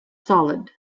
solid